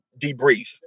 debrief